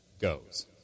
goes